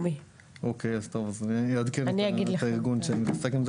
אוקיי, אז אני אעדכן את הארגון שמתעסק עם זה.